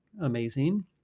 amazing